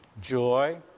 joy